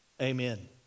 Amen